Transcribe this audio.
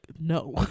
No